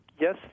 yes